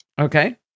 Okay